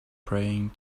praying